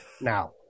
now